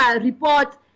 report